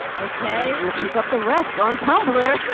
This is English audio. ok. we'll pick up the rest on top